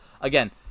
Again